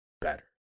better